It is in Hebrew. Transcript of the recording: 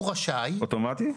אוטומטית?